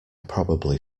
probably